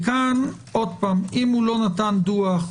אם לא נתן דוח,